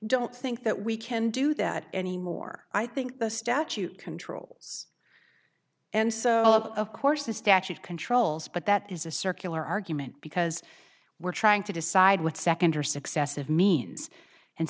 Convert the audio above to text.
don't think that we can do that anymore i think the statute controls and so of course the statute controls but that is a circular argument because we're trying to decide what second or successive means and